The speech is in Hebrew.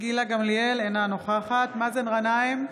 אינה נוכחת מאזן גנאים,